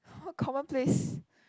common place